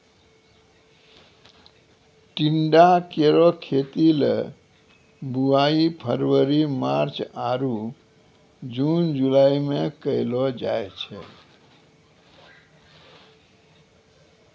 टिंडा केरो खेती ल बुआई फरवरी मार्च आरु जून जुलाई में कयलो जाय छै